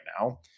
now